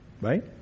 Right